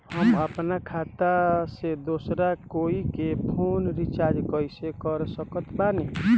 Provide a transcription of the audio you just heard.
हम अपना खाता से दोसरा कोई के फोन रीचार्ज कइसे कर सकत बानी?